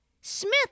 Smith